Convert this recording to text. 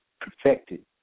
perfected